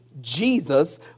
Jesus